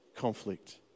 conflict